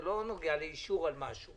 זה לא נוגע לאישור על משהו.